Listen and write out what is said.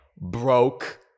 broke